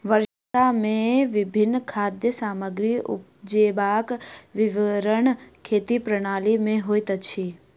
वर्ष मे विभिन्न खाद्य सामग्री उपजेबाक विवरण खेती प्रणाली में होइत अछि